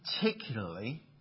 particularly